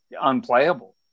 unplayable